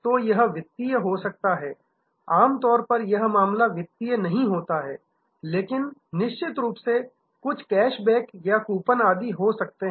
तो यह वित्तीय हो सकता है आमतौर पर यह मामला वित्तीय नहीं होता है लेकिन निश्चित रूप से कुछ कैश बैक या कूपन आदि हो सकते हैं